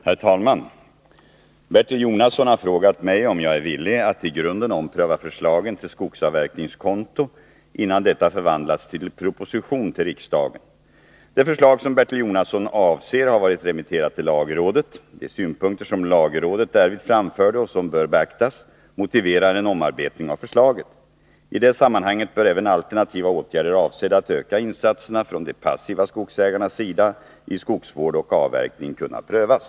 Herr talman! Bertil Jonasson har frågat mig om jag är villig att i grunden ompröva förslaget till skogsavverkningskonto innan detta förvandlas till proposition till riksdagen. Det förslag som Bertil Jonasson avser har varit remitterat till lagrådet. De synpunkter som lagrådet därvid framförde och som bör beaktas motiverar en omarbetning av förslaget. I det sammanhanget bör även alternativa åtgärder avsedda att öka insatserna från de passiva skogsägarnas sida i skogsvård och avverkning kunna prövas.